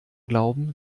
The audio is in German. glauben